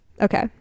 Okay